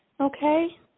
Okay